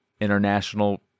international